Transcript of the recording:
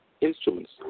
instruments